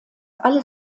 alle